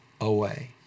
away